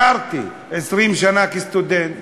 גרתי 20 שנה כסטודנט,